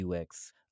UX